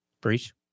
Breach